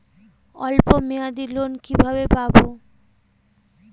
অল্প মেয়াদি লোন কিভাবে পাব?